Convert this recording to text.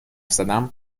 زدم